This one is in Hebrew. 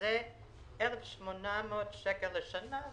הוא 1,800 שקל לשנה,